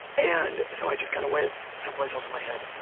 and so i just kind of went someplace else in my head.